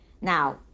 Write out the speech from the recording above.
Now